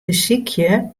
besykje